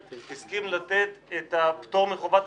חבר הכנסת אחמד טיבי,